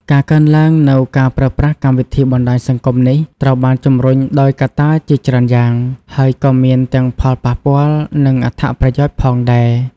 ការកើនឡើងនូវការប្រើប្រាស់កម្មវិធីបណ្ដាញសង្គមនេះត្រូវបានជំរុញដោយកត្តាជាច្រើនយ៉ាង ហើយក៏មានទាំងផលប៉ះពាល់ និងអត្ថប្រយោជន៍ផងដែរ។